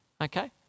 Okay